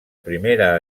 primera